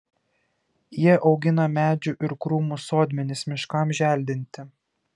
jie augina medžių ir krūmų sodmenis miškams želdinti